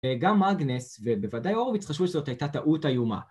גם אגנס ובוודאי הורוביץ חשבו שזאת הייתה טעות איומה